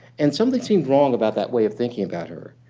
and something seemed wrong about that way of thinking about her.